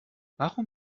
warum